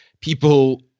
people